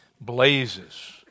blazes